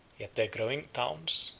yet their growing towns,